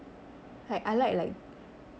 like I like like